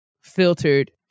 filtered